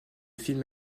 film